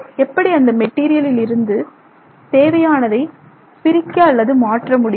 எப்படி அந்த மெட்டீரியலில் இருந்து தேவையானதைப் பிரிக்க அல்லது அதை மாற்ற முடியும்